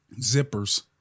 Zippers